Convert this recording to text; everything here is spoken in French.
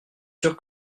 sûr